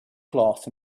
cloth